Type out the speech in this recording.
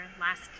last